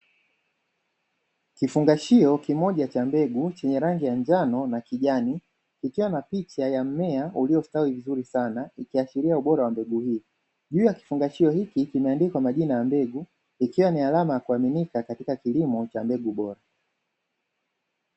Kifungashio kimoja cha mbegu chenye rangi ya njano na kijani, kikiwa na picha ya mmea uliostawi vizuri sana ikishiria ubora wa mbegu hii. Juu ya kifungashio hiki kimeandikwa majina ya mbegu ikiwa ni alama ya kuaminika katika kilimo cha mbegu bora.